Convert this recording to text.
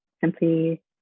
simply